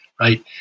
Right